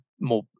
more